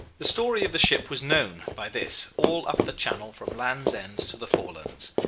the story of the ship was known, by this, all up the channel from land's end to the forelands,